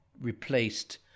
replaced